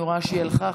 אני רואה שהיא הלכה,